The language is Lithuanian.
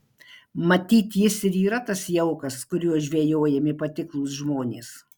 matyt jis ir yra tas jaukas kuriuo žvejojami patiklūs žmonės